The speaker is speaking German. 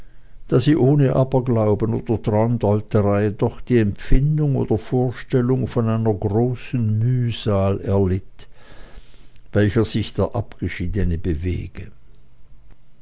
da sie ohne aberglauben oder traumdeuterei doch die empfindung oder vorstellung von einer großen mühsal erlitt in welcher sich der abgeschiedene bewege